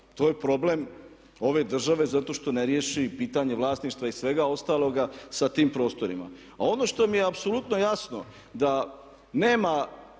To je problem ove države zato što ne riješi pitanje vlasništva i svega ostaloga sa tim prostorima. A ono što mi je apsolutno jasno da nema